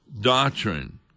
doctrine